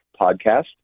Podcast